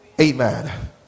Amen